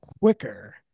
quicker